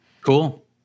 cool